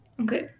Okay